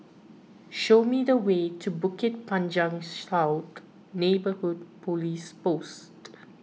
show me the way to Bukit Panjang South Neighbourhood Police Post